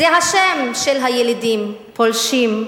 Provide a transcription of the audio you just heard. זה השם של הילידים, פולשים.